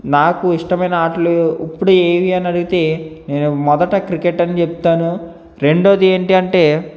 నాకు ఇష్టమైన ఆటలు ఇప్పుడు ఏవి అని అడిగితే నేను మొదట క్రికెట్ అని చెప్తాను రెండవది ఏంటి అంటే